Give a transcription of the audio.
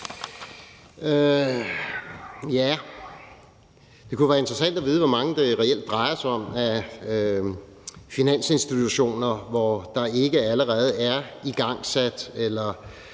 Det kunne jo være interessant at vide, hvor mange det reelt drejer sig om af finansinstitutioner, hvor der ikke allerede er igangsat